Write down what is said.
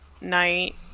night